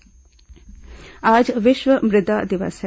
विश्व मुदा दिवस आज विश्व मुदा दिवस है